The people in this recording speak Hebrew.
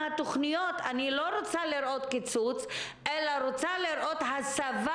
אני לא רוצה לראות קיצוץ בחלק מהתוכניות אלא רוצה לראות הסבה